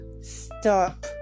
Stop